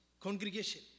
Congregation